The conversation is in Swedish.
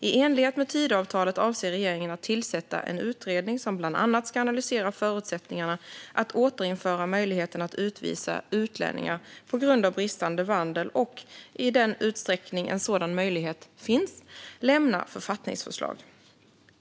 I enlighet med Tidöavtalet avser regeringen att tillsätta en utredning som bland annat ska analysera förutsättningarna att återinföra möjligheten att utvisa utlänningar på grund av bristande vandel och, i den utsträckning en sådan möjlighet finns, lämna författningsförslag.